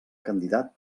candidat